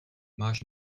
máš